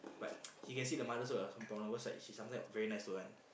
but she can see the mother also like some problem because right she sometime very nice to her one